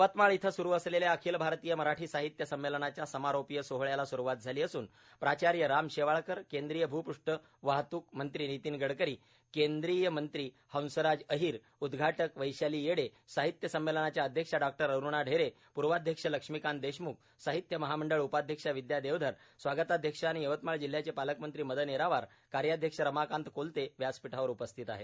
यवतमाळ इथं सुरू असलेल्या अखिल भारतीय मराठी साहित्य संमेलनाच्या समारोपीय सोहळयाला सुरूवात झाली असून प्राचार्य राम शेवाळकर केंद्रीय भूपृष्ठ वाहतूक मंत्री नितीन गडकरी केंद्रीय मंत्री हंसराज अहीर उद्घाटक वैशाली येडे साहित्य संमेलनाच्या अध्यक्षा डॉ अरूणा ढेरे पर्वाध्यक्ष लक्ष्मीकांत देशमुख साहित्य महामंडळ उपाध्यक्ष विद्या देवधर स्वागताध्यक्ष आणि यवतमाळ जिल्हयाचे पालकमंत्री मदन येरावार कार्याध्यक्ष रमाकांत कोल्ते व्यासपीठावर उपस्थित आहेत